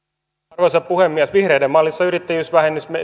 arvoisa puhemies vihreiden mallissa yrittäjyysvähennys